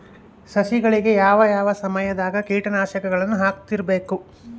ಸಸಿಗಳಿಗೆ ಯಾವ ಯಾವ ಸಮಯದಾಗ ಕೇಟನಾಶಕಗಳನ್ನು ಹಾಕ್ತಿರಬೇಕು?